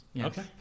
Okay